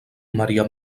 maria